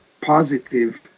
positive